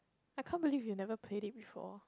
I can't believe you never played it before